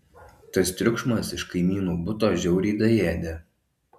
tas triukšmas iš kaimynų buto žiauriai daėdė